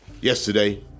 Yesterday